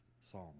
psalm